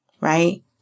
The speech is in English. right